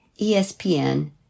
ESPN